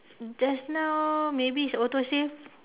just now maybe is autosave